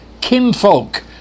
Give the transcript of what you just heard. kinfolk